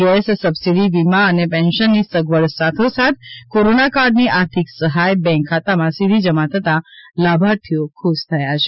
gas subsidy વીમા અને પેન્શનની સગવડ સાથોસાથ કોરોના કાળની આર્થિક સહાય બેન્ક ખાતામાં સીધી જમા થતા લાભાર્થીઓ ખુશ છે